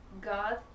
God